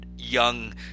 young